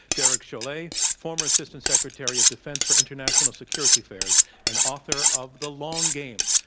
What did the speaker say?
derek chollet, former assistant secretary of defense for international security affairs and author of the long game.